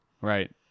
Right